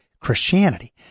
Christianity